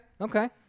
Okay